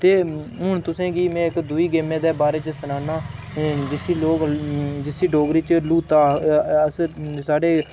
ते हून तुसें गी में इक दूई गैमें दे बारे च सनाना आं जिस्सी लोक जिस्सी डोगरी च लूता अस साढ़े डुग्गर च